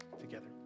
together